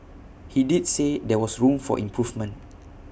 he did say there was room for improvement